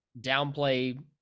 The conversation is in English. downplay